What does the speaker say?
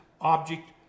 object